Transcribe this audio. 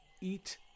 eat